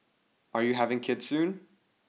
are you having kids soon